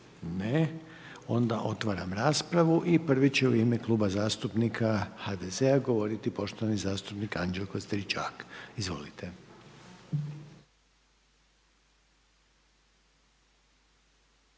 Ne. Onda otvaram raspravu. I prvi će u ime Kluba zastupnika HDZ-a govoriti poštovani zastupnik Anđelko Stričak. Izvolite.